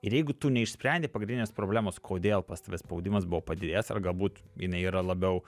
ir jeigu tu neišsprendi pagrindinės problemos kodėl pas tave spaudimas buvo padidėjęs ar galbūt jinai yra labiau